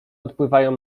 odpływają